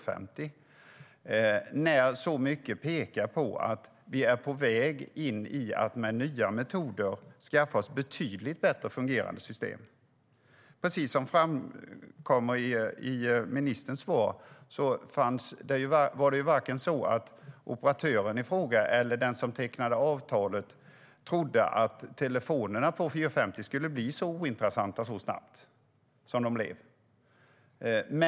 Det är ju så mycket som pekar på att vi med hjälp av nya metoder är på väg att skaffa oss betydligt bättre fungerande system. Precis som det framgår av ministerns svar trodde varken operatören i fråga eller den som tecknade avtalet att telefonerna på 450-nätet skulle bli så ointressanta så snabbt som de blev.